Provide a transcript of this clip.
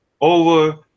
over